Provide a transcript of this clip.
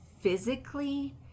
physically